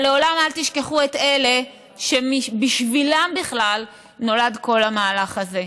אבל לעולם אל תשכחו את אלה שבשבילם בכלל נולד כל המהלך הזה.